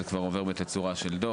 זה כבר עובר בתצורה של דוח.